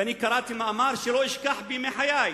ואני קראתי מאמר שלא אשכח בימי חיי.